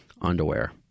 underwear